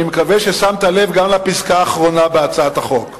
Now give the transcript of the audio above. אני מקווה ששמת לב גם לפסקה האחרונה בהצעת החוק.